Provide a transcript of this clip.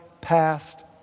past